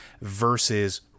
versus